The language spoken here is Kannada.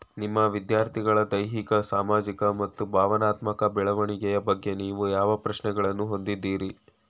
ನಿಮ್ಮ ವಿದ್ಯಾರ್ಥಿಗಳ ದೈಹಿಕ ಸಾಮಾಜಿಕ ಮತ್ತು ಭಾವನಾತ್ಮಕ ಬೆಳವಣಿಗೆಯ ಬಗ್ಗೆ ನೀವು ಯಾವ ಪ್ರಶ್ನೆಗಳನ್ನು ಹೊಂದಿದ್ದೀರಿ?